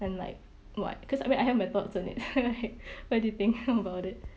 and like what because I mean I had my thoughts on it right what do you think about it